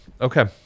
Okay